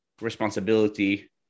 responsibility